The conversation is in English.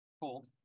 cold